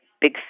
big